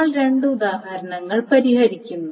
നമ്മൾ രണ്ട് ഉദാഹരണങ്ങൾ പരിഹരിക്കുന്നു